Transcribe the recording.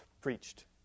preached